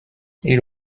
ils